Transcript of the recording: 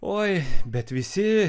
oi bet visi